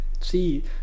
see